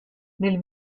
nel